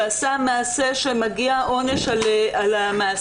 ועשה מעשה שמגיע עונש עליו.